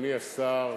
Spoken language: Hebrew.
אדוני השר,